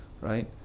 right